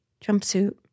jumpsuit